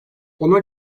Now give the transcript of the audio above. ona